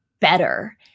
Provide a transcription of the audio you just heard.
better